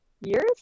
years